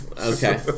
Okay